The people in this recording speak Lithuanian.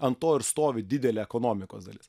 ant to ir stovi didelė ekonomikos dalis